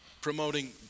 promoting